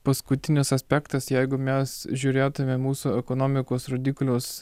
paskutinis aspektas jeigu mes žiūrėtumėm mūsų ekonomikos rodiklius